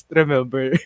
remember